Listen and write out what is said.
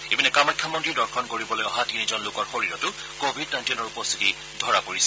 ইপিনে কামাখ্যা মন্দিৰ দৰ্শন কৰিবলৈ অহা তিনিজন লোকৰ শৰীৰতো ক ভিড নাইণ্টীনৰ উপস্থিতি ধৰা পৰিছে